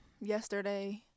yesterday